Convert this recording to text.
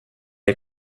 est